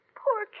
poor